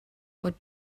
what